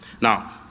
Now